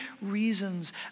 reasons